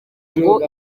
ngo